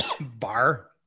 Bar